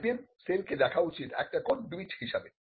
IPM cell কে দেখা উচিত একটা কন্ডুইট হিসাবে